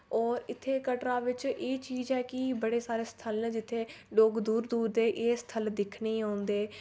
और इत्थै कटरा बिच एह् चीज ऐ कि बड़े सारे स्थल न जित्थै लोक दूर दूर दे एह् स्थल दिक्खने औंदे